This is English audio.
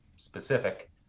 specific